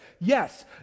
Yes